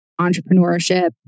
entrepreneurship